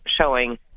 showing